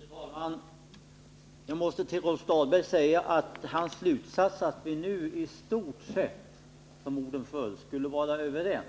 Fru talman! Jag måste till Rolf Dahlberg säga att hans slutsats att vi nu i stort sett, som orden föll, skulle vara överens